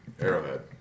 Arrowhead